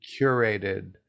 curated